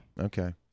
Okay